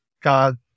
God